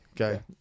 Okay